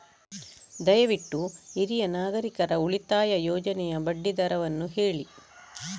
ದಯವಿಟ್ಟು ಹಿರಿಯ ನಾಗರಿಕರ ಉಳಿತಾಯ ಯೋಜನೆಯ ಬಡ್ಡಿ ದರವನ್ನು ಹೇಳಿ